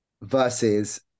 versus